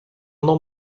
não